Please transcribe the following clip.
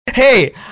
Hey